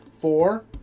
four